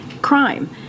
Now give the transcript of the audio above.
Crime